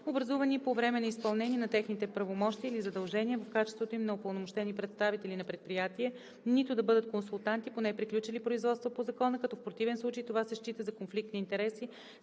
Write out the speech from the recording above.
образувани по време на изпълнение на техните правомощия или задължения, в качеството им на упълномощени представители на предприятия, нито да бъдат консултанти по неприключили производства по закона, като в противен случай това ще се счита за конфликт на интереси